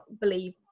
believe